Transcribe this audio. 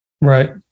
right